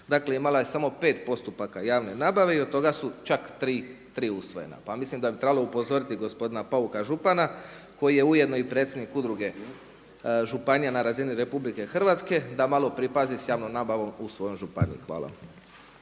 dolazim, imala je samo pet postupaka javne nabave i od toga su čak tri usvojena. Pa mislim da bi trebalo upozoriti gospodina Pauka župana koji je ujedno i predsjednik Udruge županija na razini RH da malo pripazi sa javnom nabavom u svojoj županiji. Hvala